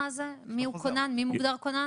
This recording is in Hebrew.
מי מוגדר כונן?